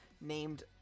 named